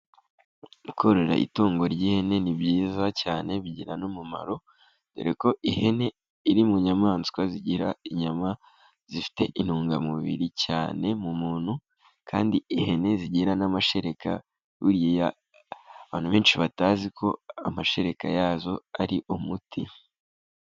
Korora itungo ry'ihene ni byiza cyane bigira n'umumaro dore ko ihene iri mu nyamaswa zigira inyama zifite intungamubiri cyane mu muntu. Kandi ihene zigira n'amashereka buriya abantu benshi batazi ko amashereka yazo ari umuti.